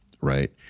right